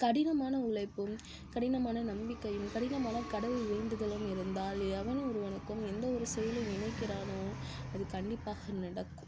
கடிமான உழைப்பும் கடிமான நம்பிக்கையும் கடினமான கடவுள் வேண்டுதலும் இருந்தால் எவன் ஒருவனுக்கும் எந்த ஒரு செயலை நினைக்கிறானோ அது கண்டிப்பாக நடக்கும்